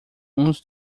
uns